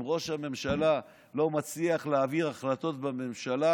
אם ראש הממשלה לא מצליח להעביר החלטות בממשלה,